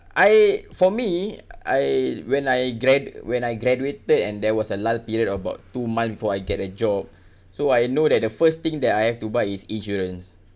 I for me I when I gra~ when I graduated and there was a lot of period for about two months before I get a job so I know that the first thing that I have to buy is insurance